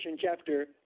chapter